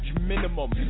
minimum